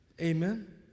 amen